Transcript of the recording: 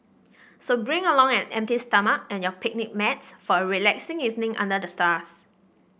so bring along an empty stomach and your picnic mats for a relaxing evening under the stars